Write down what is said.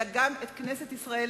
אלא גם את כנסת ישראל,